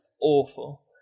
awful